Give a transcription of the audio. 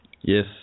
Yes